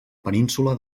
península